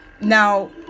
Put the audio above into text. now